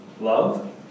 Love